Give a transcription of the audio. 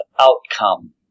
outcome